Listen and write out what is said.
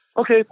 Okay